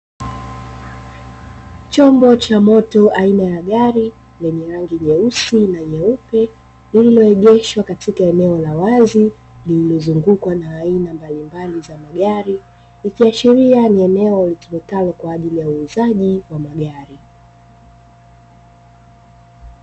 Chombo cha moto aina ya gari lenye rangi nyeusi na nyeupe lililoegeshwa katika eneo la wazi, limezungukwa na aina mbalimbali za magari ikiashiria ni eneo litumikalo kwa ajili ya uuzaji wa magari.